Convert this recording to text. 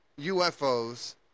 UFOs